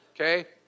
Okay